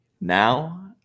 Now